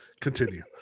continue